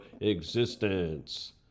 existence